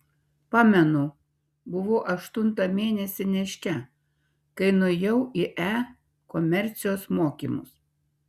pamenu buvau aštuntą mėnesį nėščia kai nuėjau į e komercijos mokymus